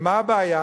ומה הבעיה?